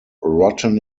rotten